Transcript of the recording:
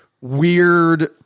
weird